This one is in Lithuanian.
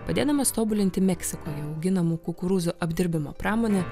padėdamas tobulinti meksikoje auginamų kukurūzų apdirbimo pramonę